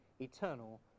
eternal